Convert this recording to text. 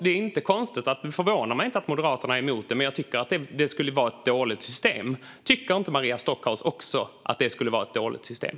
Det förvånar mig inte att Moderaterna är emot detta, men jag tycker att det skulle vara ett dåligt system. Tycker inte Maria Stockhaus också att det skulle vara ett dåligt system?